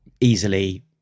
easily